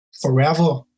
forever